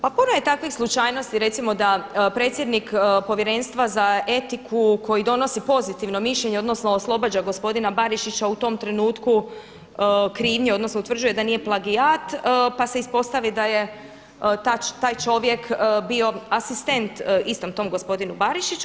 Pa puno je takvih slučajnosti recimo da predsjednik Povjerenstva za etiku koji donosi pozitivno mišljenje odnosno oslobađa gospodina Barišića u tom trenutku krivnje odnosno utvrđuje da nije plagijat pa se ispostavi da je taj čovjek bio asistent istom tom gospodinu Barišiću.